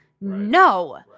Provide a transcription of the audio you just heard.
no